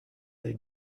they